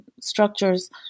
structures